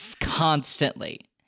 constantly